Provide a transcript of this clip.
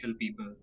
people